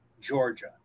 Georgia